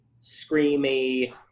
screamy